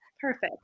Perfect